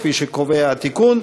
כפי שקובע התיקון,